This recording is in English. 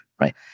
right